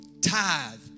tithe